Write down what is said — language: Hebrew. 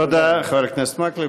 תודה, חבר הכנסת מקלב.